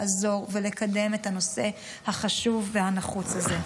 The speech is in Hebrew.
לעזור ולקדם את הנושא החשוב והנחוץ הזה.